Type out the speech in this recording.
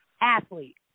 athlete